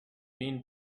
been